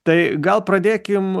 tai gal pradėkim